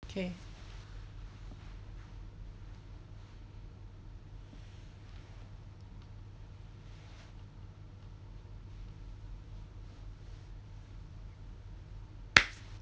okay